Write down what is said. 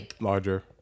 larger